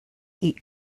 eat